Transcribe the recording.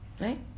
right